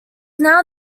now